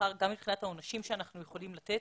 גם מבחינת העונשים שאנחנו יכולים לתת.